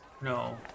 No